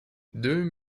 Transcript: deux